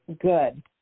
good